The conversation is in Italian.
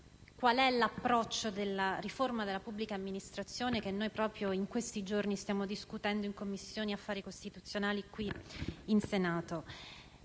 quale sia l'approccio della riforma della pubblica amministrazione che proprio in questi giorni stiamo discutendo in Commissione affari costituzionali in Senato.